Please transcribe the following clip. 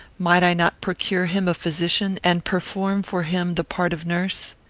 might i not procure him a physician and perform for him the part of nurse?